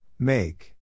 Make